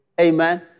Amen